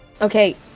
okay